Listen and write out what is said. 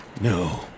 No